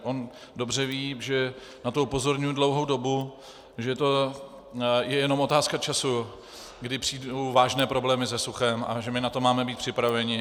On dobře ví, že na to upozorňuji dlouhou dobu, že to je jenom otázka času, kdy přijdou vážné problémy se suchem, a že na to máme být připraveni.